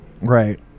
Right